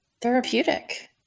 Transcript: therapeutic